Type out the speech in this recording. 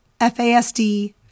fasd